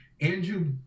andrew